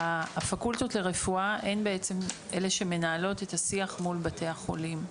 הפקולטות לרפואה הן אלה שמנהלות את השיח מול בתי החולים.